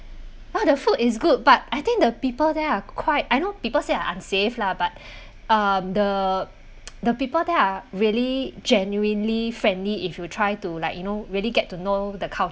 while the food is good but I think the people there are quite I know people say are unsafe lah but um the the people there are really genuinely friendly if you try to like you know really get to know the culture